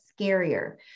scarier